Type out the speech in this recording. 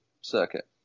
circuit